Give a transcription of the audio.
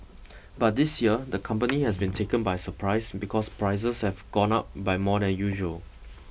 but this year the company has been taken by surprise because prices have gone up by more than usual